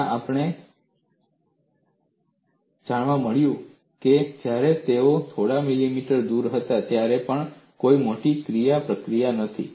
ત્યાં પણ અમને જાણવા મળ્યું કે જ્યારે તેઓ થોડા મિલીમીટર દૂર હતા ત્યારે પણ કોઈ મોટી ક્રિયાપ્રતિક્રિયા નથી